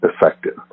effective